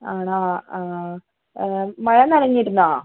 ആണോ മഴ നനഞ്ഞിരുന്നോ